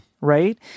right